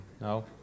No